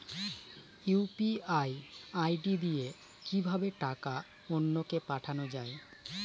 UPI ID দিয়ে কিভাবে টাকা অন্য কে পাঠানো যায়?